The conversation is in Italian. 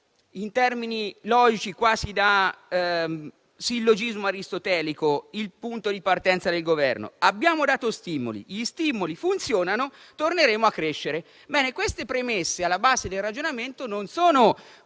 in termini logici - quasi da sillogismo aristotelico - il punto di partenza del Governo? Abbiamo dato stimoli, gli stimoli funzionano; torneremo a crescere. Bene, queste premesse alla base del ragionamento non sono